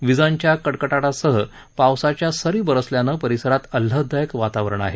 विजांच्या कडकडाटासह पावसाच्या सरी बरसल्याने परिसरात आल्हाददायक वातावरण आहे